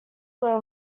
were